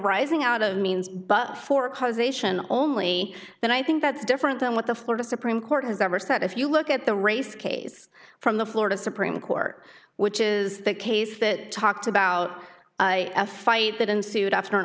rising out of means but for causation only then i think that's different than what the florida supreme court has ever said if you look at the race case from the florida supreme court which is the case that talked about a fight that ensued after an